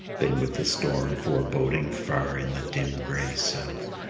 then with the storm foreboding far in the dim gray south,